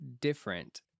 different